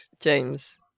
James